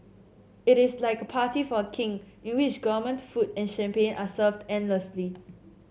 it is like a party for a King in which government food and champagne are served endlessly